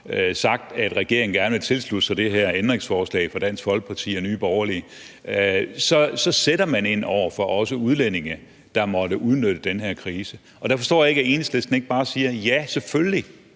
sagt, at regeringen gerne vil tilslutte sig det her ændringsforslag fra Dansk Folkeparti og Nye Borgerliges side, for så sætter man også ind over for udlændinge, der måtte udnytte den her krise. Og der forstår jeg ikke, at Enhedslisten ikke bare siger: Ja, selvfølgelig